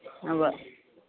ഉവ്വ്